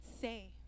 say